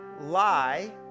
lie